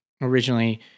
originally